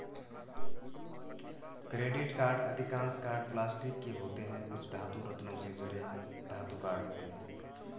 credit card अधिकांश card plastic के होते हैं, कुछ धातु, रत्नों से जड़े धातु कार्ड होते हैं